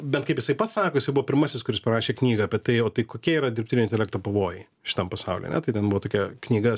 bet kaip jisai pats sako jisai buvo pirmasis kuris parašė knygą apie tai o tai kokie yra dirbtinio intelekto pavojai šitam pasauly ane tai ten buvo tokia knyga